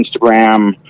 Instagram